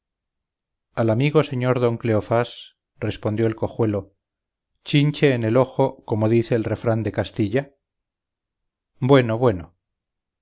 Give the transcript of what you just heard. al amigo señor don cleofás respondió el cojuelo chinche en el ojo como dice el refrán de castilla bueno bueno